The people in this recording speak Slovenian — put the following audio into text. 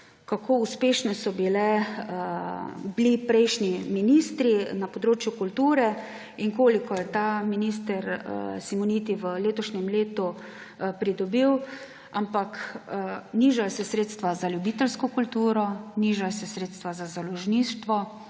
kako uspešni so bili prejšnji ministri na področju kulture in koliko je zdajšnji minister Simoniti v letošnjem letu pridobil, ampak nižajo se sredstva za ljubiteljsko kulturo, nižajo se sredstva za založništvo,